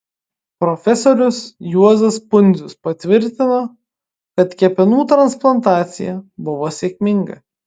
profesorius juozas pundzius patvirtino kad kepenų transplantacija buvo sėkminga